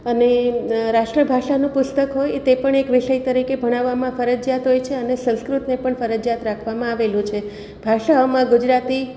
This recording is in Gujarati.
અને રાષ્ટ્રભાષાનું પુસ્તક હોય તે પણ એક વિષય તરીકે ભણાવામાં ફરજિયાત હોય છે અને સંસ્કૃતને પણ ફરજિયાત રાખવામાં આવેલું છે ભાષાઓમાં ગુજરાતી